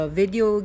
video